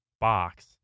box